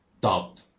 dubbed